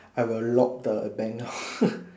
I will lock the bank lor